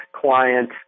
client